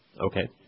Okay